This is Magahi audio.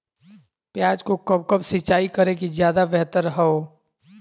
प्याज को कब कब सिंचाई करे कि ज्यादा व्यहतर हहो?